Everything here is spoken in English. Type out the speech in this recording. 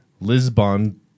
Lisbon